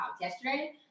yesterday